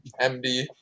MD